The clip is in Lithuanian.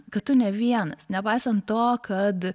kad tu ne vienas nepaisant to kad